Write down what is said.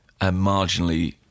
marginally